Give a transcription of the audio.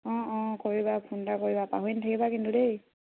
অঁ অঁ কৰিবা ফোন এটা কৰিবা পাহৰি নাথাকিবা কিন্তু দেই